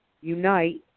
unite